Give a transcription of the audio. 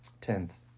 Tenth